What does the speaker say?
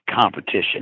competition